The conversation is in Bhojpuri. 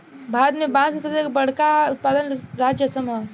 भारत में बांस के सबसे बड़का उत्पादक राज्य असम ह